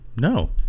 No